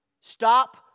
Stop